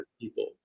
people